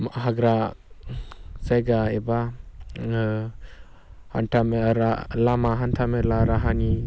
हाग्रा जायगा एबा हान्था मेला लामा हान्था मेला राहानि